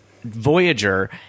Voyager